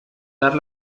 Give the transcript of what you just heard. dar